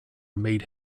made